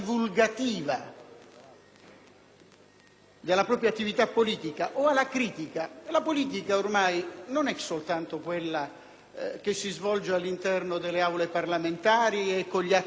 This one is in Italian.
della propria attività politica o alla critica, ebbene, la politica ormai non è soltanto quella che si svolge all'interno delle Aule parlamentari e con gli atti tipici, come tutti sappiamo.